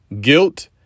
Guilt